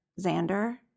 Xander